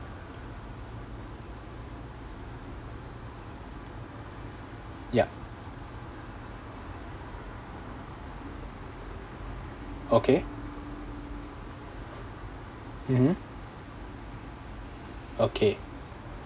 ya okay mmhmm okay